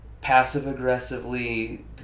passive-aggressively